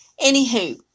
anywho